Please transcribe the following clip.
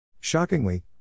Shockingly